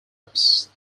ups